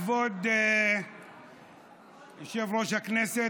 כבוד יושב-ראש הכנסת,